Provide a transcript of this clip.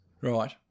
Right